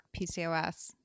PCOS